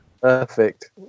Perfect